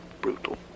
brutal